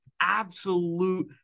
absolute